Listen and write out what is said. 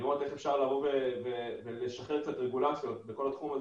לראות איך אפשר לשחרר רגולציות בכל התחום הזה